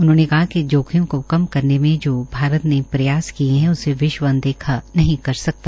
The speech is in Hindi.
उन्होंने कहा कि जोखिम को कम करने में जो भारत ने प्रयास किए है उसे विश्व अनदेखा नहीं कर सकता